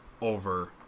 over